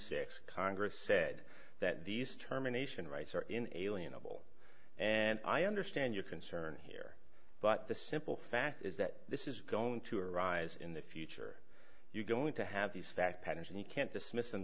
six congress said that these determination rights are inalienable and i understand your concern here but the simple fact is that this is going to arise in the future you're going to have these fact patterns and you can't dismiss